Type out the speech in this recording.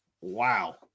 Wow